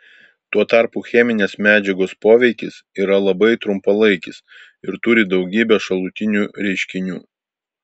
tuo tarpu cheminės medžiagos poveikis yra labai trumpalaikis ir turi daugybę šalutinių reiškinių